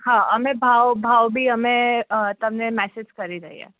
હા અમે ભાવ ભાવ બી અમે તમને મેસેજ કરી દઈએ